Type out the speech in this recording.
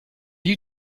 you